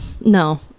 no